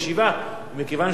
ומכיוון שהוא איחר בכמה שניות,